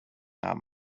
not